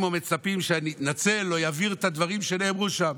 או מצפים שאני אתנצל או אבהיר את הדברים שנאמרו שם.